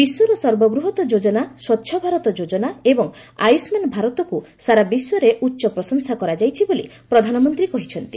ବିଶ୍ୱର ସର୍ବବୃହତ ଯୋଜନା ସ୍ପଚ୍ଚଭାରତ ଅଭିଯାନ ଏବଂ ଆୟୁଷ୍ମାନ ଭାରତ ସାରା ବିଶ୍ୱରେ ଉଚ୍ଚପ୍ରଶଂସା କରାଯାଇଛି ବୋଲି ପ୍ରଧାନମନ୍ତ୍ରୀ କହିଛନ୍ତି